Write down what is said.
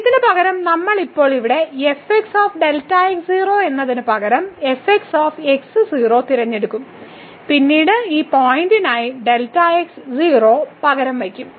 ഇതിനുപകരം നമ്മൾ ഇപ്പോൾ ഇവിടെ എന്നതിനുപകരം തിരഞ്ഞെടുക്കും പിന്നീട് ഈ പോയിന്റിനായി Δx 0 പകരം വയ്ക്കും